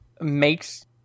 makes